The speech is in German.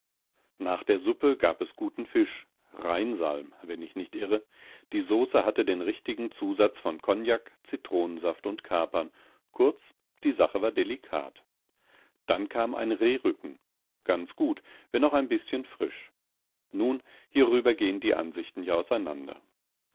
nach der suppe gab es einen guten fisch rheinsalm wenn ich nicht irre die sauce hatte den richtigen zusatz von kognak zitronensaft und kapern kurz die sache war delikat dann kam ein rehrücken ganz gut wenn auch noch ein bißchen frisch nun hierüber gehen die ansichten ja auseinander